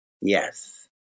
Yes